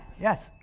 yes